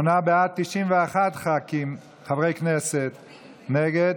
שמונה בעד, 91 חברי כנסת נגד.